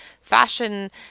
fashion